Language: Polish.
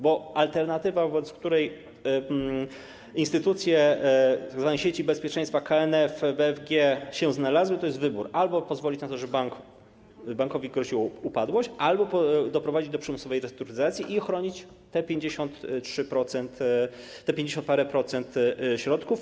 Bo alternatywa, wobec której instytucje tzw. sieci bezpieczeństwa, KNF, BFG, się znalazły, to jest wybór: albo pozwolić na to, żeby bankowi groziła upadłość, albo doprowadzić do przymusowej restrukturyzacji i ochronić te 53%, te pięćdziesiąt parę procent środków.